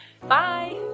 Bye